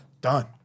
Done